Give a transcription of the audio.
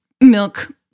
milk